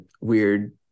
weird